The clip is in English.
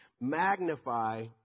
Magnify